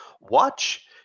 Watch